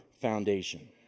foundation